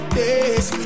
days